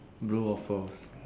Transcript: blue waffles